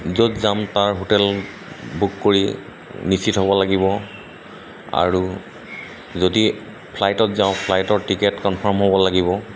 য'ত যাম তাৰ হোটেল বুক কৰি নিশ্চিত হ'ব লাগিব আৰু যদি ফ্লাইটত যাওঁ ফ্লাইটৰ টিকেট কনফাৰ্ম হ'ব লাগিব